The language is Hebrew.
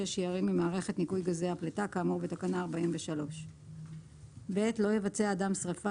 שיירים ממערכת ניקוי גזי פליטה כאמור בתקנה 43. לא יבצע אדם שריפה